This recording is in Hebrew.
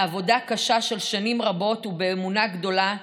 בעבודה קשה של שנים רבות, ובאמונה גדולה,